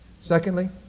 Secondly